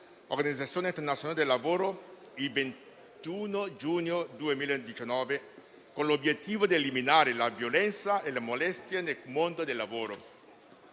dall'Organizzazione internazionale del lavoro il 21 giugno 2019, con l'obiettivo di eliminare la violenza e le molestie nel mondo del lavoro.